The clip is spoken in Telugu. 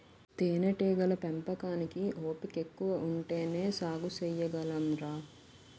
తేనేటీగల పెంపకానికి ఓపికెక్కువ ఉంటేనే సాగు సెయ్యగలంరా